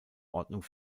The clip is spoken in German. ordnung